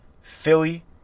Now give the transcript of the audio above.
Philly